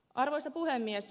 arvoisa puhemies